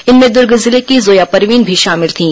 इनमें दुर्ग जिले की जोया परवीन भी शामिल थीं